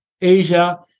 asia